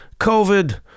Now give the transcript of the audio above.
covid